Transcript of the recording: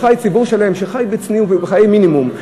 ציבור שלם חי בצניעות ובחיי מינימום,